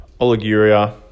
oliguria